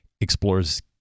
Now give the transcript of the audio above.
explores